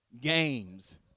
games